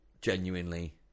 genuinely